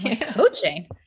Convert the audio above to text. Coaching